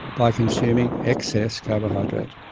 by consuming excess carbohydrate.